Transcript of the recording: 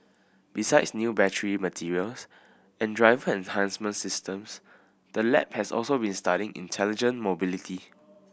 besides new battery materials and driver enhancement systems the lab has also been studying intelligent mobility